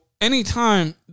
anytime